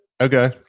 Okay